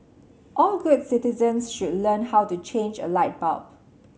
all good citizens should learn how to change a light bulb